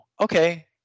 okay